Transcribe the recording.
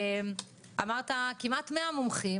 אמרת כמעט 100 מומחים